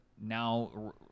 now